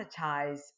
monetize